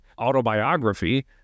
autobiography